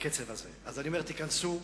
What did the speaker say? אז אני אומר שתיכנסו,